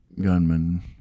gunman